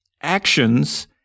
actions